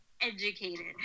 educated